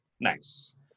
Nice